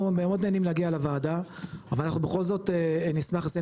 אנחנו מאוד נהנים להגיע לוועדה ובכל זאת נשמח לסיים